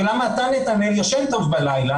ולמה אתה נתנאל ישן טוב בלילה?